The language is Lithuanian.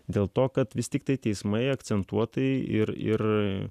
dėl to kad vis tiktai teismai akcentuotai ir ir